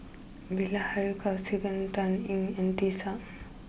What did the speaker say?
Bilahari Kausikan Dan Ying and Tisa Ng